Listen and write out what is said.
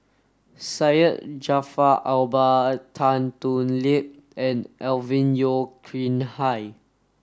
Syed Jaafar Albar Tan Thoon Lip and Alvin Yeo Khirn Hai